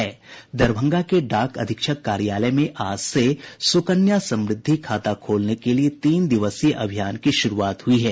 दरभंगा के डाक अधीक्षक कार्यालय में आज से सुकन्या समृद्धि खाता खोलने के लिए तीन दिवसीय अभियान की शुरूआत हुई है